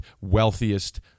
wealthiest